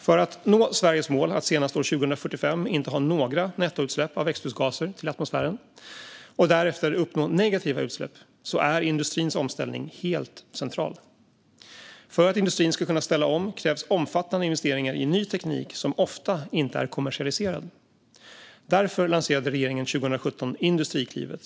För att nå Sveriges mål att senast 2045 inte ha några nettoutsläpp av växthusgaser till atmosfären och att därefter uppnå negativa utsläpp är industrins omställning helt central. För att industrin ska kunna ställa om krävs omfattande investeringar i ny teknik som ofta inte är kommersialiserad. Därför lanserade regeringen 2017 Industriklivet.